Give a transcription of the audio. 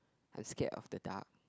the scare of the dark